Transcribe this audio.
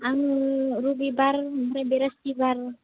आंनि रबिबार ओमफ्राय बृहस्पतिबार